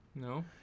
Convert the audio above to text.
no